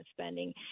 spending